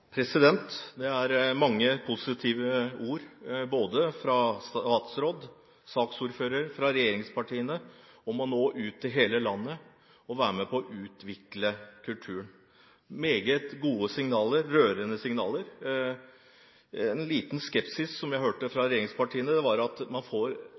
mange positive ord, både fra statsråden, fra saksordføreren og fra regjeringspartiene, om å nå ut til hele landet og være med på å utvikle kulturen – meget gode signaler, rørende signaler. En liten skepsis som jeg hørte fra regjeringspartiene, var at man liksom ikke får